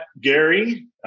Gary